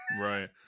Right